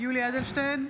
יולי יואל אדלשטיין,